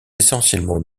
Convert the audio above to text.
essentiellement